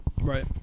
Right